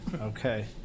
Okay